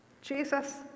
Jesus